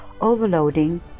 overloading